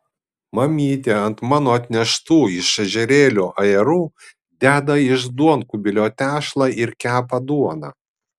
mamytė ant mano atneštų iš ežerėlio ajerų deda iš duonkubilio tešlą ir kepa duoną